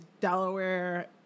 Delaware